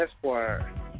Esquire